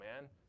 man